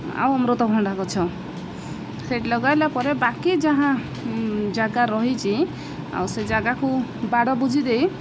ଆଉ ଅମୃତଭଣ୍ଡା ଗଛ ସେଠି ଲଗାଇଲା ପରେ ବାକି ଯାହା ଜାଗା ରହିଛି ଆଉ ସେ ଜାଗାକୁ ବାଡ଼ ବୁଜିଦେଇ